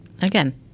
Again